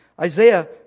Isaiah